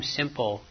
simple